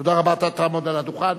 תודה רבה, אתה תעמוד על הדוכן.